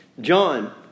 John